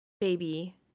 baby